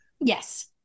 Yes